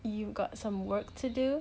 you got some work to do